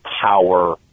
power